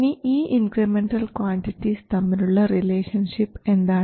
ഇനി ഈ incremental quantities തമ്മിലുള്ള റിലേഷൻഷിപ്പ് എന്താണ്